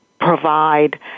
provide